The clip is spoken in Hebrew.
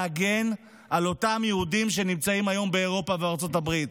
להגן על אותם יהודים שנמצאים היום באירופה ובארצות הברית.